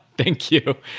thank you.